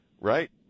Right